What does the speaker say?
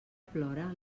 plora